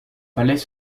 palais